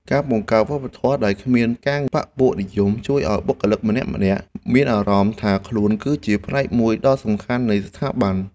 ការបង្កើតវប្បធម៌ដែលគ្មានការបក្សពួកនិយមជួយឱ្យបុគ្គលិកម្នាក់ៗមានអារម្មណ៍ថាខ្លួន គឺជាផ្នែកមួយដ៏សំខាន់នៃស្ថាប័ន។